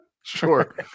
Sure